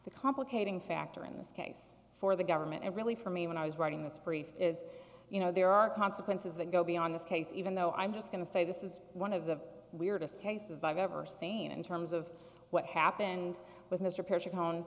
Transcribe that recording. the complicating factor in this case for the government and really for me when i was writing this brief is you know there are consequences that go beyond this case even though i'm just going to say this is one of the weirdest cases i've ever seen in terms of what happened with mr p